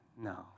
no